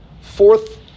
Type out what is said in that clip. Fourth